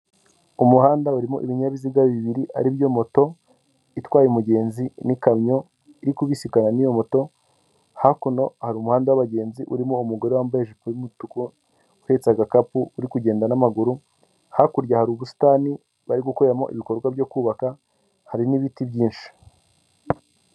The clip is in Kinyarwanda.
Iduka rinini ririmo ibijyanye n'ibyombo byinshi, harimo n'abantu abagurisha ibyo bintu, n'abandi baje kugura ibyo bintu birimwo muri iryo duka.